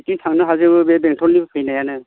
बिथिं थांनो हाजोबो बे बेंटलनि फैनायानो